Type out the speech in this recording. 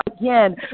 again